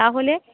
তাহলে